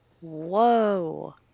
Whoa